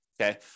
okay